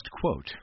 quote